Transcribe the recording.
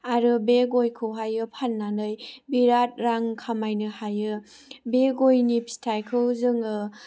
आरो बे गयखौहायो फाननानै बिराद रां खामायनो हायो बे गयनि फिथाइखौ जोङो